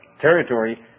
territory